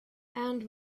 and